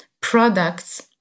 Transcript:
products